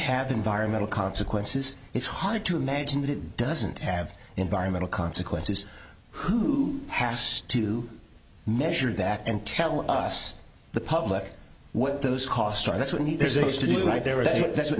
have environmental consequences it's hard to imagine that it doesn't have environmental consequences who has to measure that and tell us the public what those costs are that's what